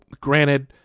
granted